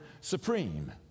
Supreme